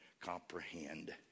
comprehend